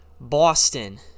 Boston